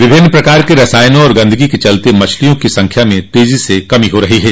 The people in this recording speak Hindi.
विभिन्न प्रकार के रसायनों और गंदगी के चलते मछलियों की संख्या में तेजी से कमी हो रही है